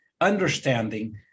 understanding